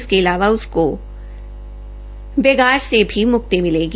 इसके अलावा उसको बेगार से भी मुक्ति मिलेगी